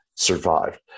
survived